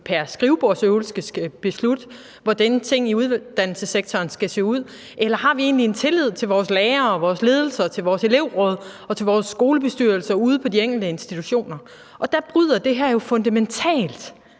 pr. skrivebordsøvelse skal beslutte, hvordan tingene i uddannelsessektoren skal se ud, eller har vi egentlig en tillid til vores lærere, vores ledelser, vores elevråd og vores skolebestyrelser ude på de enkelte institutioner? Der bryder det her jo fundamentalt